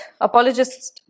apologists